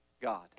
God